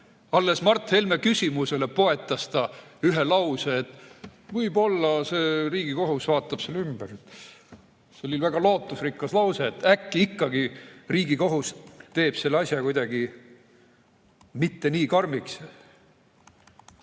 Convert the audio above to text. Alles Mart Helme küsimuse peale poetas ta ühe lause, et võib-olla Riigikohus vaatab selle ümber. See oli väga lootusrikas lause, et äkki ikkagi Riigikohus teeb selle asja kuidagi mitte nii karmiks.